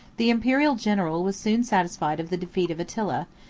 the imperial general was soon satisfied of the defeat of attila,